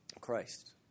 Christ